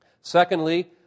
Secondly